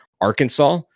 Arkansas